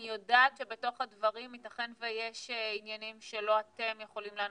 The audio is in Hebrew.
אני יודעת שבתוך הדברים ייתכן שיש עניינים שלא אתם יכולים לענות,